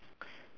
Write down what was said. okay